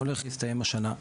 הולך להסתיים השנה,